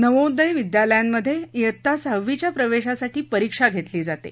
नवोदय विद्यालयांमध्ये वित्ता सहावीच्या प्रवेशासाठी परिक्षा घेतली जाते